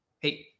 Hey